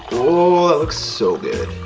oh, that looks so good. ah,